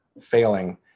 failing